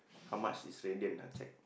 how much is ready or not ah check